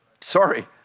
Sorry